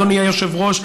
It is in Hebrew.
אדוני היושב-ראש,